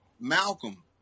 Malcolm